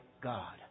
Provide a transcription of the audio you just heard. God